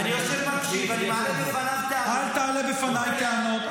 אני יושב ומקשיב ואני מעלה בפניו טענות,